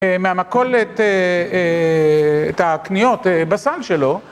מהמכולת את הקניות בסל שלו